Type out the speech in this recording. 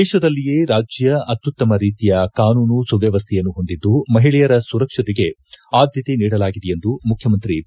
ದೇಶದಲ್ಲಿಯೇ ರಾಜ್ಯ ಅತ್ಯುತ್ತಮ ರೀತಿಯ ಕಾನೂನು ಸುವ್ಯವಸ್ಥೆಯನ್ನು ಹೊಂದಿದ್ದು ಮಹಿಳೆಯರ ಸುರಕ್ಷತೆಗೆ ಆದ್ಯತೆ ನೀಡಲಾಗಿದೆ ಎಂದು ಮುಖ್ಯಮಂತ್ರಿ ಬಿ